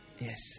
Yes